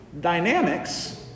dynamics